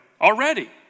already